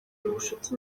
ubushuti